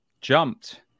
jumped